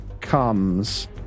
comes